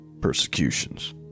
persecutions